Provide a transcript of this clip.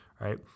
right